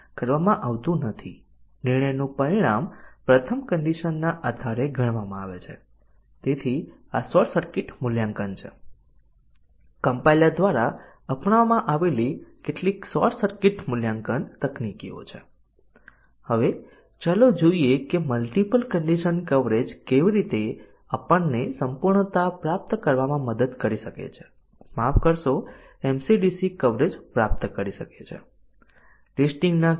આ બંનેમાં તે સાચુંનું મૂલ્યાંકન કરે છે આ બંને વાક્યો આ બંને ટેસ્ટીંગ ના કિસ્સાઓ બ્રાંચના પરિણામને સાચા પર સુયોજિત કરે છે ડીસીઝન બંને ટેસ્ટીંગ કેસો માટે સાચું હોવાનું મૂલ્યાંકન કરે છે અને તેથી ડીસીઝન ના કવરેજને પ્રાપ્ત કરવા માટે આપણે બીજા ટેસ્ટીંગ કેસનો સમાવેશ કરવાની જરૂર છે a 20 છે આપણે તેને ખોટા પર સેટ કરીએ છીએ અને b 50 છે